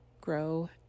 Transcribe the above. grow